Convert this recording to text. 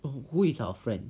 who is our friend